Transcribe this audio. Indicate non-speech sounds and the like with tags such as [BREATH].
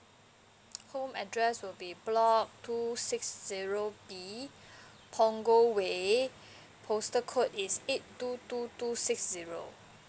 home address will be block two six zero B [BREATH] punggol way postal code is eight two two two six zero